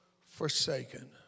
forsaken